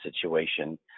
situation